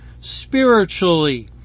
Spiritually